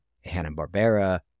Hanna-Barbera